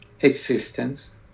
existence